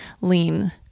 lean